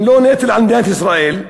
הם לא נטל על מדינת ישראל.